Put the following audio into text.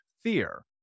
fear